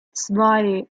zwei